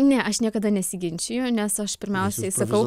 ne aš niekada nesiginčiju nes aš pirmiausiai sakau